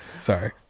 sorry